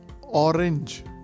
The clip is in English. orange